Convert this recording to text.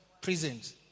prisons